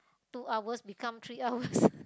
two hours become three hours